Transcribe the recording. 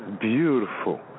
Beautiful